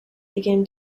began